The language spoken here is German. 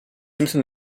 müssen